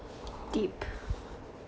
deep